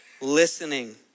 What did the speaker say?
listening